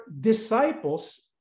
disciples